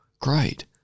great